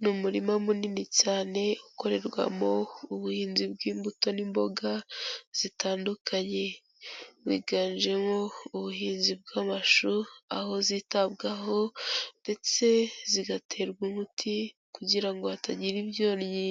Ni umurima munini cyane, ukorerwamo ubuhinzi bw'imbuto n'imboga zitandukanye. Wiganjemo ubuhinzi bw'amashu, aho zitabwaho ndetse zigaterwa umuti kugira ngo hatagira ibyonnyi